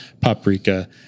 Paprika